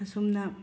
ꯑꯁꯨꯝꯅ